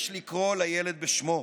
יש לקרוא לילד בשמו: